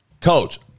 coach